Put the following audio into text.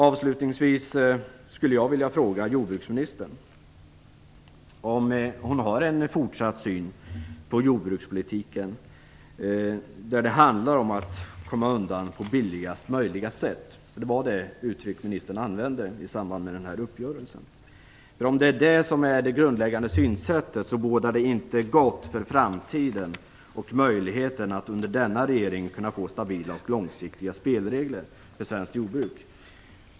Avslutningsvis skulle jag vilja fråga jordbruksministern om hon fortsatt har den synen på jordbrukspolitiken att det handlar om att komma undan på billigaste möjliga sätt. Det var det uttrycket ministern använde i samband med uppgörelsen. Om det är det grundläggande synsättet bådar det inte gott för framtiden och möjligheterna att under denna regeringstid få stabila och långsiktiga spelregler för svenskt jordbruk.